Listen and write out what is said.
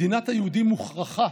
מדינת היהודים מוכרחה